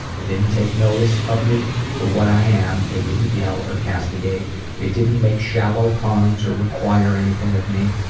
they didn't take notice of me for what i am they didn't yell or castigate they didn't make shallow puns or require anything of me.